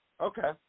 Okay